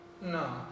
No